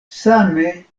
same